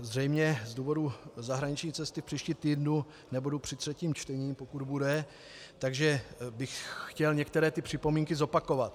Zřejmě z důvodu zahraniční cesty v příštím týdnu nebudu při třetím čtení, pokud bude, takže bych chtěl některé ty připomínky zopakovat.